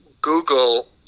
Google